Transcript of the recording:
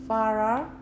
Farah